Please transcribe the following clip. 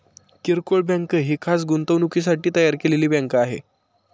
किरकोळ बँक ही खास गुंतवणुकीसाठी तयार केलेली बँक आहे